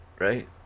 Right